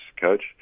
coach